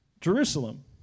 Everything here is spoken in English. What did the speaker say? Jerusalem